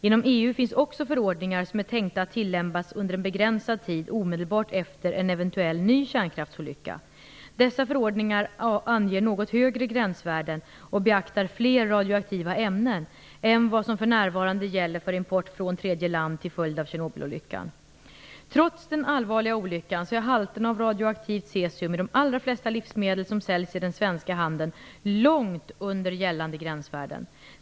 Inom EU finns också förordningar som är tänkta att tillämpas under en begränsad tid omedelbart efter en eventuell ny kärnkraftsolycka. Dessa förordningar anger något högre gränsvärden och beaktar fler radioaktiva ämnen än vad som för närvarande gäller för import från tredje land till följd av Tjernobylolyckan. Trots den allvarliga olyckan är halterna av radioaktivt cesium i de allra flesta livsmedel som säljs i den svenska handeln långt under gällande gränsvärden.